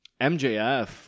MJF